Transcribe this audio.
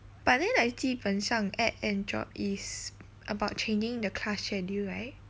but then like 基本上 add and drop is about changing the class schedule right